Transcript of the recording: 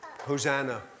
Hosanna